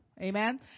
Amen